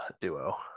duo